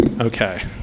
Okay